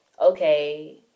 okay